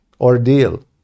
ordeal